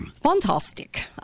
fantastic